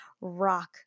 rock